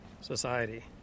society